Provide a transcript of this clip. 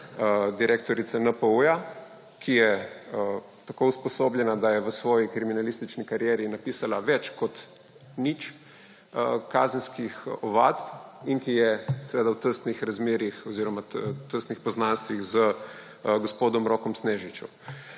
direktorice NPU, ki je tako usposobljena, da je v svoji kriminalistični karieri napisala več kot nič kazenskih ovadb in ki je seveda v tesnih razmerjih oziroma tesnih poznanstvih z gospodom Rokom Snežičem.